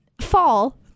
fall